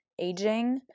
aging